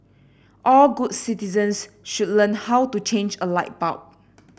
all good citizens should learn how to change a light bulb